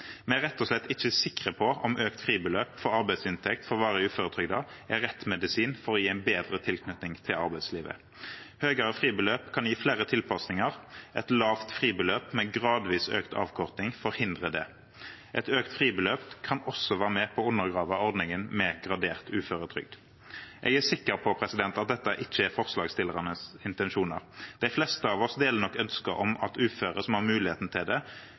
er rett og slett ikke sikre på om økt fribeløp for arbeidsinntekt for varig uføretrygdede er rett medisin for å gi en bedre tilknytning til arbeidslivet. Høyere fribeløp kan gi flere tilpasninger, et lavt fribeløp med en gradvis økt avkortning forhindrer det. Et økt fribeløp kan også være med på å undergrave ordningen med gradert uføretrygd. Jeg er sikker på at dette ikke er forslagsstillernes intensjoner. De fleste av oss deler nok ønsket om at uføre som har muligheten til det,